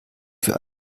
für